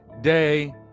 day